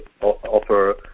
offer